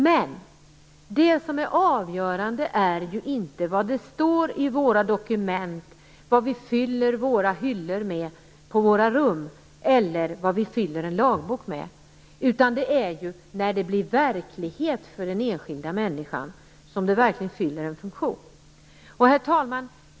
Men det som är avgörande är ju inte vad det står i våra dokument, vad vi fyller hyllorna på våra rum med eller vad vi fyller en lagbok med, utan det är ju när det blir verklighet för den enskilda människan som det verkligen fyller en funktion. Herr talman!